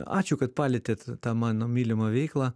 ačiū kad palietėt tą mano mylimą veiklą